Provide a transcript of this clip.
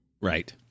right